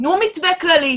תנו מתווה כללי,